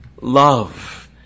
love